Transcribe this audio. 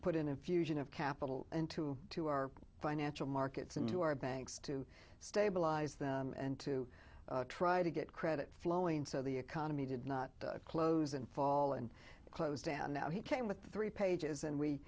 put in a fusion of capital into to our financial markets and to our banks to stabilize them and to try to get credit flowing so the economy did not close and fall and closed down now he came with three pages and we